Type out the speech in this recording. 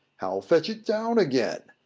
how fetch it down again?